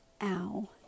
Ow